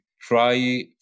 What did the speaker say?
try